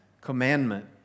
commandment